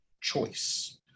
choice